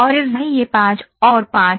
यह Now it ५ और ५ है